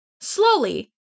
Slowly